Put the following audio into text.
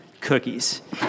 Cookies